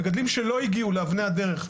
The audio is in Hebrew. מגדלים שלא הגיעו לאבני הדרך,